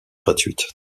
gratuite